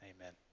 Amen